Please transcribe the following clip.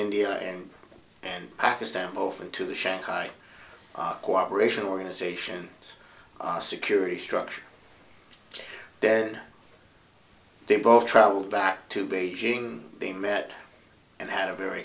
india and pakistan over to the shanghai cooperation organization security structure there they both traveled back to beijing being met and had a very